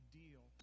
deal